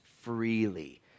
Freely